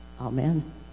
Amen